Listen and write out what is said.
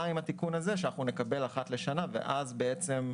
עם התיקון הזה המטרה היא שאנחנו נקבל אחת לשנה ואז הסנכרון,